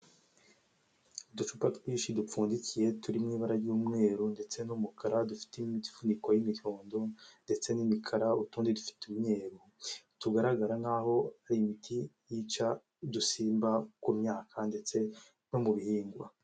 Uducupa twinshi dupfundikiye turi mu ibara ry'umweru ndetse n'umukara dufite imifuniko y'imikondo ndetse n'imikara utundi dufite imyeru tugaragara nk'aho hari imiti yica udusimba ku myaka ndetse no mu bihingwa